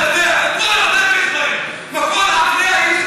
מה אתה אומר?